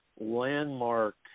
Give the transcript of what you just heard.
landmark